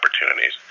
opportunities